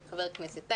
לחבר הכנסת טייב,